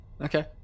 Okay